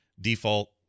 default